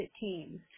teams